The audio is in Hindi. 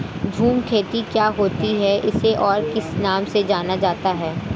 झूम खेती क्या होती है इसे और किस नाम से जाना जाता है?